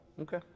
okay